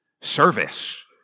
service